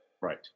Right